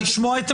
לשמוע את עמדתכם?